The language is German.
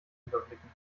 überblicken